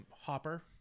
Hopper